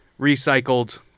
recycled